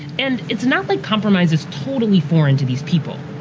and it's not like compromise is totally foreign to these people.